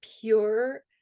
pure